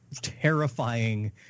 terrifying